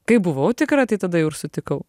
kai buvau tikra tai tada jau ir sutikau